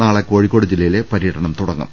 നാളെ കോഴിക്കോട് ജില്ലയിലെ പരൃടനം തുടങ്ങും